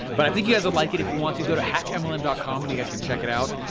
but i think you guys would like it, if you want to go to hackmlm ah and dot com and you guys can check it out.